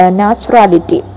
naturality